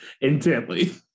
intently